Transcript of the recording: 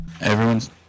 Everyone's